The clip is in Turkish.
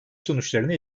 sonuçlarını